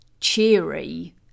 cheery